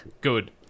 Good